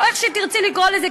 או איך שתרצי לקרוא לזה,